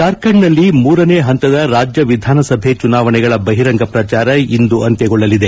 ಜಾರ್ಖಂಡ್ನಲ್ಲಿ ಮೂರನೇ ಹಂತದ ರಾಜ್ಯ ವಿಧಾನಸಭೆ ಚುನಾವಣೆಗಳ ಬಹಿರಂಗ ಪ್ರಚಾರ ಇಂದು ಅಂತ್ಯಗೊಳ್ಳಲಿದೆ